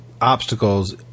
obstacles